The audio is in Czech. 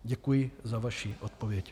Děkuji za vaši odpověď.